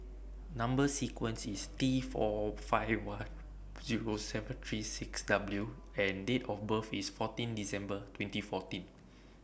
Number sequence IS T four five one Zero seven three six W and Date of birth IS fourteen December twenty fourteen